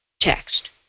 text